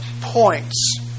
points